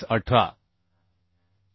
18 I